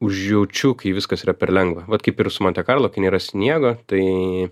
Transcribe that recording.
užjaučiu kai viskas yra per lengva vat kaip ir su monte karlo kai nėra sniego tai